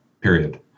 period